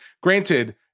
Granted